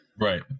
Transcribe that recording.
Right